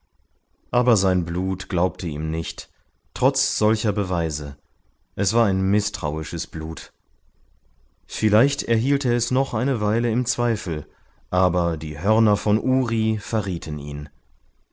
aber sein blut glaubte ihm nicht trotz solcher beweise es war ein mißtrauisches blut vielleicht erhielt er es noch eine weile im zweifel aber die hörner von uri verrieten ihn